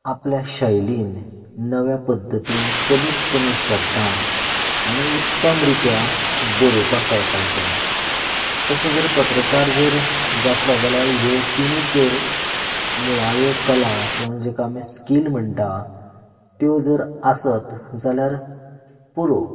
आपल्या शैलींत नव्या पद्दतीन कमीच कमी शब्दान आनी उत्तम रित्या बरोवपाक कळपाक जाय तशें जर पत्रकार जर जातलो जाल्यार ह्यो तिनूच जर मुळाव्यो कला किंवा जाका आमी स्कील म्हणटात त्यो जर आसत जाल्यार पुरो